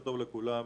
לכולם.